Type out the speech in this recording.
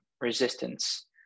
resistance